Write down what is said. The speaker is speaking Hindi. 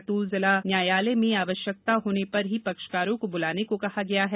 बैतूल जिला न्यायालय में आवश्यक होने पर ही पक्षकारों को बुलाने को कहा गया है